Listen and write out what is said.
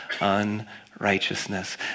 unrighteousness